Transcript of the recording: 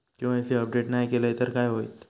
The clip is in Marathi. के.वाय.सी अपडेट नाय केलय तर काय होईत?